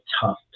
tough